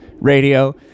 radio